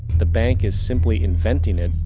the bank is simply inventing it,